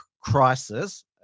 crisis